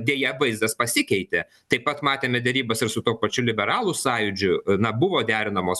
deja vaizdas pasikeitė taip pat matėme derybas ir su tuo pačiu liberalų sąjūdžiu na buvo derinamos